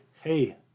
hey